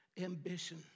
ambition